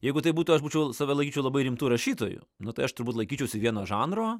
jeigu tai būtų aš būčiau save laikyčiau labai rimtu rašytoju nu tai aš turbūt laikyčiausi vieno žanro